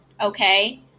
Okay